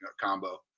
combo